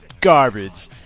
garbage